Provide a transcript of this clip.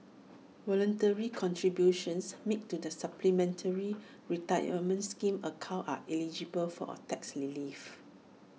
voluntary contributions made to the supplementary retirement scheme account are eligible for A tax relief